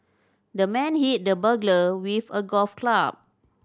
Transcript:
the man hit the burglar with a golf club